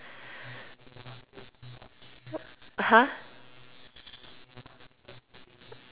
!huh!